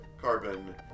carbon